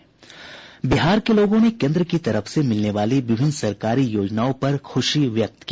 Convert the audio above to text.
बिहार के लोगों ने केन्द्र की तरफ से मिलने वाली विभिन्न सरकारी योजनाओं पर ख़ुशी व्यक्त की